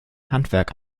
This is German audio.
handwerk